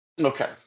Okay